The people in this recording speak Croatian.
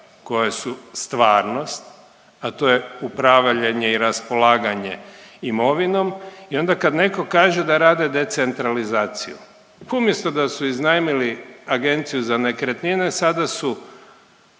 koje su stvarnost, a to je upravljanje i raspolaganje imovinom i ona kad netko kaže da rade decentralizaciju, umjesto da su iznajmili agenciju za nekretnine, sada su